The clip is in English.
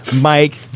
Mike